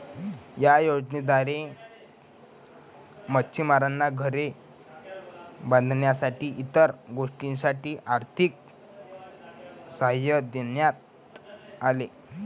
या योजनेद्वारे मच्छिमारांना घरे बांधण्यासाठी इतर गोष्टींसाठी आर्थिक सहाय्य देण्यात आले